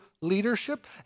leadership